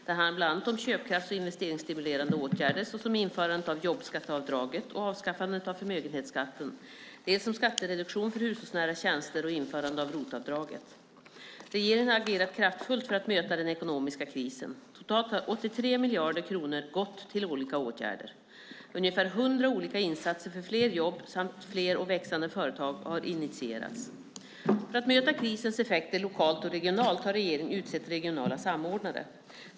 Det handlar dels om köpkrafts och investeringsstimulerande åtgärder såsom införandet av jobbskatteavdraget och avskaffandet av förmögenhetsskatten, dels om skattereduktion för hushållsnära tjänster och införandet av ROT-avdraget. Regeringen har agerat kraftfullt för att möta den ekonomiska krisen. Totalt har 83 miljarder kronor gått till olika åtgärder. Ungefär hundra olika insatser för fler jobb samt fler och växande företag har initierats. För att möta krisens effekter lokalt och regionalt har regeringen utsett regionala samordnare.